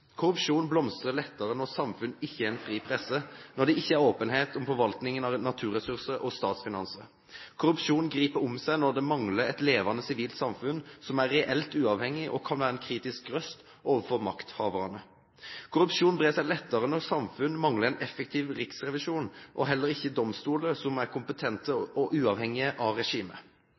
Korrupsjon blomstrer lettere når samfunn ikke har en fri presse, og når det ikke er åpenhet om forvaltningen av naturressurser og statsfinanser. Korrupsjon griper om seg når det mangler et levende sivilt samfunn som er reelt uavhengig og kan være en kritisk røst overfor makthaverne. Korrupsjon brer seg lettere når samfunn mangler en effektiv riksrevisjon og heller ikke domstoler er kompetente og uavhengige av regimet.